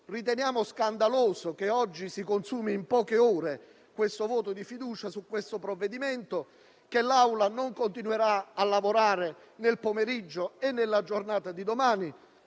Riteniamo scandaloso che oggi si consumi in poche ore un voto di fiducia su questo provvedimento e che l'Assemblea non continui a lavorare nel pomeriggio e nella giornata di domani.